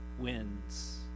wins